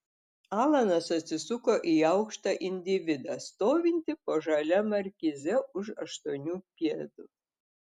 alanas atsisuko į aukštą individą stovintį po žalia markize už aštuonių pėdų